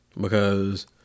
because-